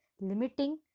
limiting